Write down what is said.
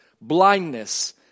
blindness